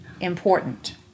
important